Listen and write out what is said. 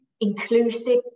inclusive